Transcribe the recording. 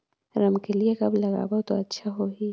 रमकेलिया कब लगाबो ता अच्छा होही?